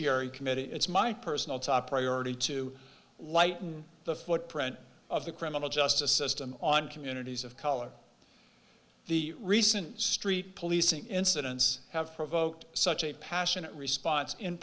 y committee it's my personal top priority to lighten the footprint of the criminal justice system on communities of color the recent street policing incidents have provoked such a passionate response in